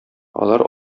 алар